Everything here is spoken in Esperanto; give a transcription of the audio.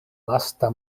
lasta